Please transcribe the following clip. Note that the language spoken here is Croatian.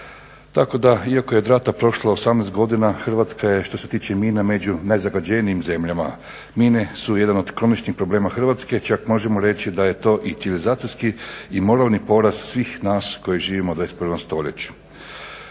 Tako da iako je od rata prošlo 18 godina Hrvatska je što se tiče mina među najzagađenijim zemljama. Mine su jedan od kroničnih problema Hrvatske, čak možemo reći da je to i civilizacijski i moralni porast svih nas koji živimo u 21. stoljeću.